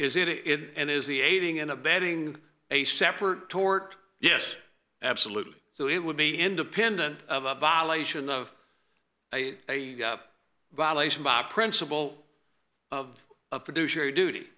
it is it and is the aiding and abetting a separate tort yes absolutely so it would be independent of a violation of a violation by principle of a producer duty